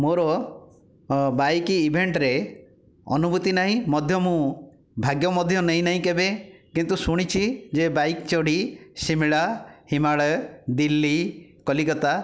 ମୋ'ର ବାଇକ୍ ଇଭେଣ୍ଟରେ ଅନୁଭୂତି ନାହିଁ ମଧ୍ୟ ମୁଁ ଭାଗ୍ୟ ମଧ୍ୟ ନେଇନାହିଁ କେବେ କିନ୍ତୁ ଶୁଣିଛି ଯେ ବାଇକ୍ ଚଢ଼ି ଶିମିଳା ହିମାଳୟ ଦିଲ୍ଲୀ କଲିକତା